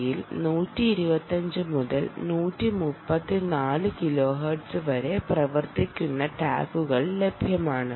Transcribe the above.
D യിൽ 125 മുതൽ 134 KHz വരെ പ്രവർത്തിക്കുന്ന ടാഗുകൾ ലഭ്യമാണ്